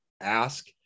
ask